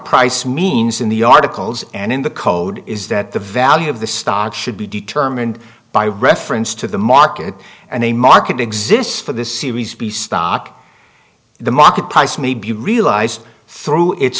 price means in the articles and in the code is that the value of the stock should be determined by reference to the market and a market exists for this series b stock the market price may be realized through it's